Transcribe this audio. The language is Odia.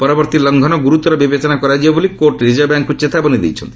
ପରବର୍ତ୍ତୀ ଲଙ୍ଘନ ଗୁରୁତର ବିବେଚନ କରାଯିବ ବୋଲି କୋର୍ଟ ରିଜର୍ଭ ବ୍ୟାଙ୍କକୁ ଚେତାବନୀ ଦେଇଛନ୍ତି